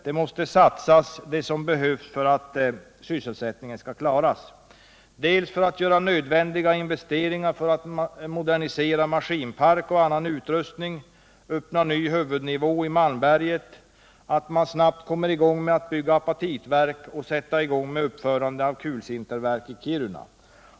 Man måste satsa det som behövs för att sysselsättningen skall klaras, man måste göra nödvändiga investeringar för att modernisera maskinpark och annan utrustning, för att öppna ny huvudnivå i Malmberget, för att snabbt komma i gång med att bygga apatitverk och uppföra kulsinterverk i Kiruna.